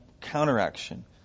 counteraction